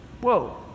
Whoa